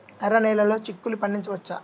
ఎర్ర నెలలో చిక్కుల్లో పండించవచ్చా?